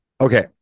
Okay